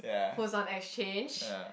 who is on exchange